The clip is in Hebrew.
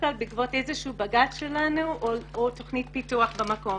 כלל בעקבות איזשהו בג"ץ שלנו או תוכנית פיתוח במקום.